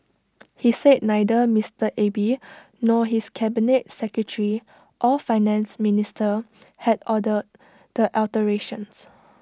he said neither Mister Abe nor his cabinet secretary or Finance Minister had ordered the alterations